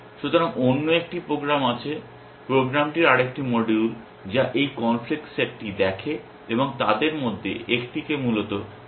সুতরাং অন্য একটি প্রোগ্রাম আছে প্রোগ্রামটির আরেকটি মডিউল যা এই কনফ্লিক্ট সেটটি দেখে এবং তাদের মধ্যে একটিকে মূলত ফায়ার করার জন্য বেছে নেয়